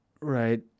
Right